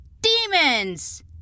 Demons